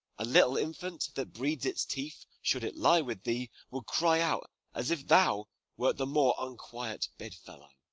a little infant that breeds its teeth, should it lie with thee, would cry out, as if thou wert the more unquiet bedfellow.